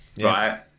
Right